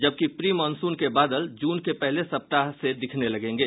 जबकि pre monsoon के बादल जून के पहले सप्ताह से दिखने लगेंगे